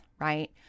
right